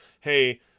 hey